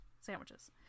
Sandwiches